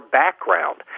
background